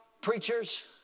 Preachers